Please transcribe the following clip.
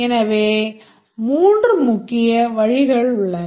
எனவே 3 முக்கிய வழிகள் உள்ளன